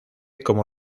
como